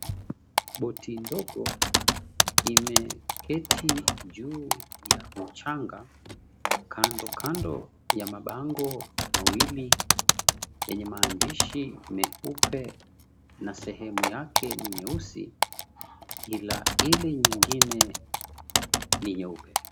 Boti ndogo imeketi juu ya mchanga kando kando ya mabango mawili yenye maandishi meupe na sehemu yake nyeusi ila ile nyingine ni nyeupe.